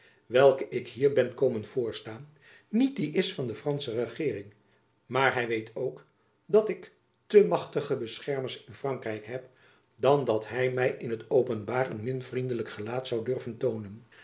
welke ik hier ben komen voorstaan niet die is van de fransche regeering maar hy weet ook dat ik te machtige beschermers in frankrijk heb dan dat hy my in t openbaar een min vriendelijk gelaat zoû durven toonen